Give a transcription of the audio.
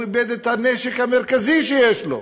הוא איבד את הנשק המרכזי שיש לו,